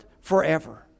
forever